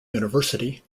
university